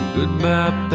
Goodbye